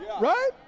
right